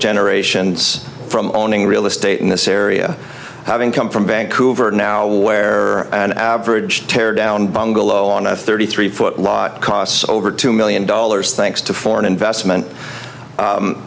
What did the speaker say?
generations from owning real estate in this area having come from vancouver now where an average tear down bungalow on a thirty three foot lot costs over two million dollars thanks to foreign investment